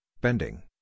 bending